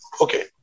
Okay